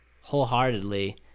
wholeheartedly